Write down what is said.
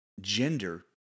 gender